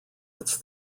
its